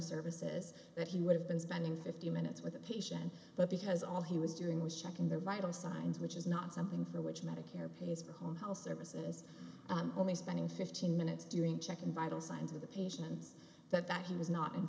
services that he would have been spending fifty minutes with a patient but because all he was doing was checking the vital signs which is not something for which medicare pays for home health services only spending fifteen minutes during check in vital signs of the patients that he was not in